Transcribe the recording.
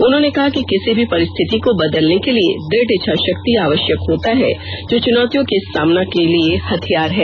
उन्होंने कहा कि किसी भी परिस्थिति को बदलने के लिए दृढ़ इच्छा शक्ति आवष्यक होता है जो चुनौतियों के सामना के लिए हथियार है